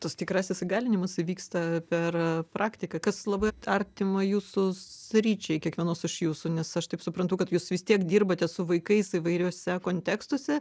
tas tikrasis įgalinimas įvyksta per praktiką kas labai artima jūsų sričiai kiekvienos iš jūsų nes aš taip suprantu kad jūs vis tiek dirbate su vaikais įvairiuose kontekstuose